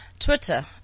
Twitter